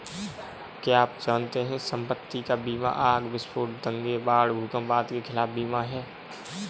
क्या आप जानते है संपत्ति का बीमा आग, विस्फोट, दंगे, बाढ़, भूकंप आदि के खिलाफ बीमा है?